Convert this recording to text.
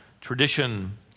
tradition